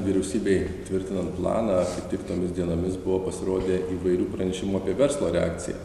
vyriausybei tvirtinant planą kaip tik tomis dienomis buvo pasirodę įvairių pranešimų apie verslo reakciją